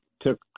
took